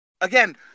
Again